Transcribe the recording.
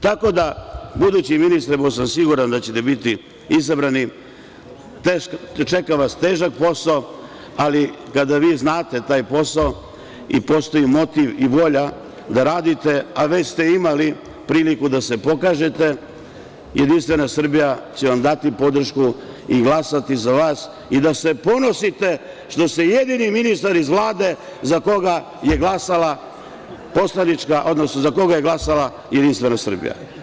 Tako da, budući ministre, pošto sam siguran da ćete biti izabrani, čeka vas težak posao, ali kada vi znate taj posao i postoji motiv i volja da radite, a već ste imali priliku da se pokažete, Jedinstvena Srbija će vam dati podršku i glasati za vas i da se ponosite što ste jedini ministar iz Vlade za koga je glasala Jedinstvena Srbija.